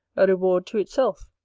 a reward to itself.